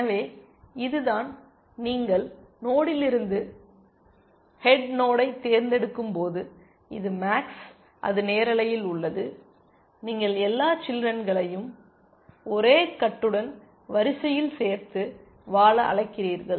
எனவே இதுதான் நீங்கள் நோடிலிருந்து ஹெட் நோடை தேர்ந்தெடுக்கும்போது இது மேக்ஸ் அது நேரலையில் உள்ளது நீங்கள் எல்லா சில்றெனையும் ஒரே கட்டுடன் வரிசையில் சேர்த்து வாழ அழைக்கிறீர்கள்